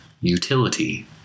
utility